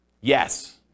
Yes